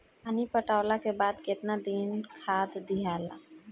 पानी पटवला के बाद केतना दिन खाद दियाला?